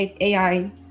AI